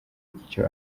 icyo